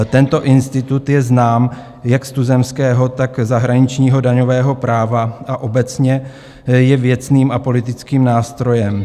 Tento institut je znám jak z tuzemského, tak zahraničního daňového práva a obecně je věcným a politickým nástrojem.